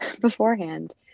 beforehand